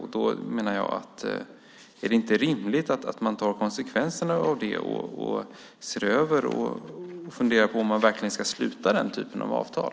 Är det inte rimligt att man tar konsekvenserna av det och ser över detta och funderar på om man verkligen ska sluta den typen av avtal?